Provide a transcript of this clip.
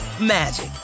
magic